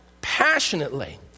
passionately